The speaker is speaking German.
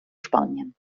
spanien